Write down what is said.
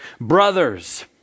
Brothers